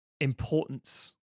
importance